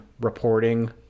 reporting